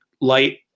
light